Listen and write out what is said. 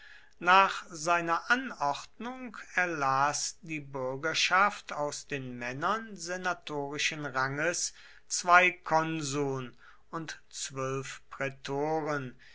nach seiner anordnung erlas die bürgerschaft aus den männern senatorischen ranges zwei konsuln und zwölf prätoren